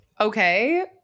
Okay